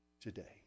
today